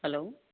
hello